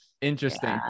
Interesting